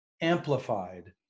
amplified